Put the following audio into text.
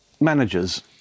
managers